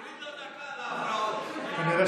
אחריו,